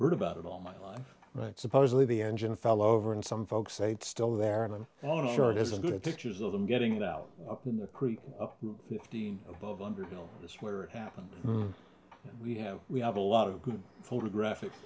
heard about it all my life right supposedly the engine fell over and some folks ate still there and i'm sure it isn't good pictures of them getting it out in the creek fifteen above underhill is where it happened and we have we have a lot of good photographic